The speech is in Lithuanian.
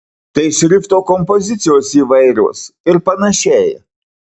tai šrifto kompozicijos įvairios ir panašiai